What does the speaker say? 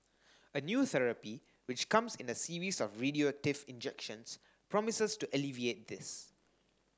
a new therapy which comes in a series of radioactive injections promises to alleviate this